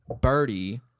birdie